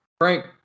Frank